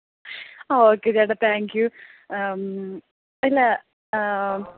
ആ ഓക്കെ ചേട്ടാ thank you ഇല്ല